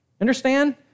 Understand